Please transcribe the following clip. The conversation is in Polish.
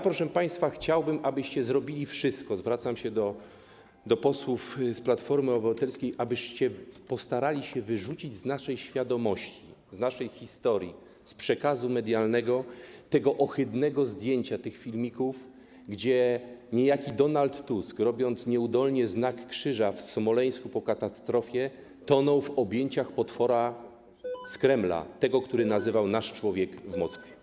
Proszę państwa, chciałbym, abyście zrobili wszystko - zwracam się do posłów z Platformy Obywatelskiej - abyście postarali się wyrzucić z naszej świadomości, z naszej historii, z przekazu medialnego te ohydne zdjęcia, filmiki pokazujące, jak niejaki Donald Tusk, robiąc nieudolnie znak krzyża w Smoleńsku po katastrofie, tonął w objęciach potwora z Kremla, tego, którego nazywał naszym człowiekiem w Moskwie.